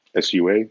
SUA